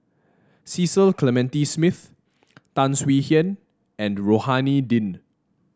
Cecil Clementi Smith Tan Swie Hian and Rohani Din